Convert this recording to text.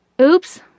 Oops